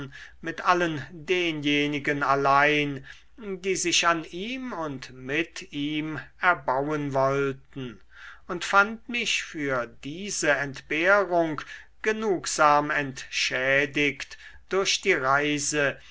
mit allen denjenigen allein die sich an ihm und mit ihm erbauen wollten und fand mich für diese entbehrung genugsam entschädigt durch die reise